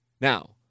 Now